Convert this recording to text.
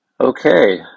okay